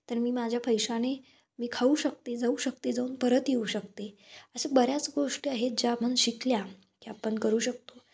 तर मी माझ्या पैशाने मी खाऊ शकते जाऊ शकते जाऊन परत येऊ शकते अशा बऱ्याच गोष्टी आहेत ज्या आपण शिकल्या की आपण करू शकतो